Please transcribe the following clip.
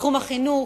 החינוך,